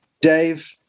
Dave